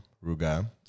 ruga